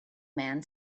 man